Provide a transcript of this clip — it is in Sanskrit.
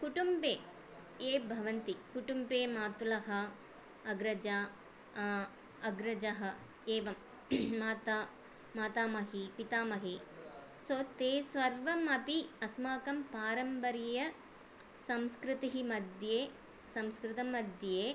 कुटुम्बे ये भवन्ति कुटुम्बे मातुलः अग्रजा अग्रजः एवं माता मातामहि पितामहि सो ते सर्वे अपि अस्माकं पारम्पर्यसंस्कृतिः मध्ये संस्कृतमध्ये